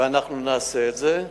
ואנחנו נעשה את זה,